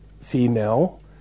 female